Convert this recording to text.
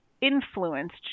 influenced